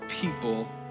people